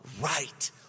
right